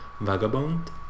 Vagabond